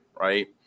Right